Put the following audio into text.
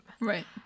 Right